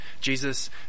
Jesus